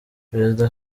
perezida